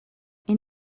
این